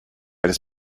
his